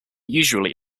usually